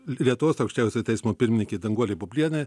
lietuvos aukščiausiojo teismo pirmininkė danguolė bublienė